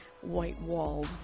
white-walled